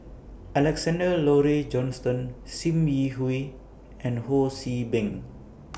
Alexander Laurie Johnston SIM Yi Hui and Ho See Beng